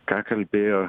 ką kalbėjo